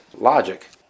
logic